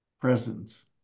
presence